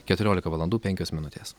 keturiolika valandų penkios minutės